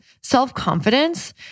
self-confidence